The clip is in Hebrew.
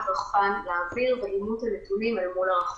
רחפן לאוויר ואימות הנתונים אל מול הרחפן?